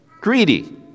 greedy